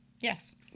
Yes